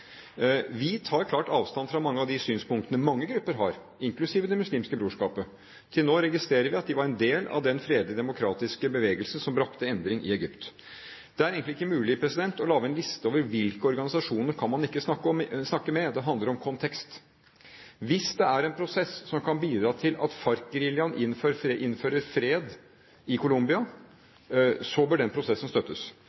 de synspunktene mange grupper har, inklusiv Det muslimske brorskap. Til nå registrerer vi at de var en del av den fredelige, demokratiske bevegelsen som brakte endring i Egypt. Det er egentlig ikke mulig å lage en liste over hvilke organisasjoner man ikke kan snakke med. Det handler om kontekst. Hvis det er en prosess som kan bidra til at Farc-geriljaen innfører fred i